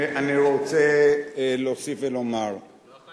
אם אתם שמאלנים, אז מה אני?